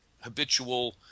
habitual